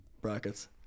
brackets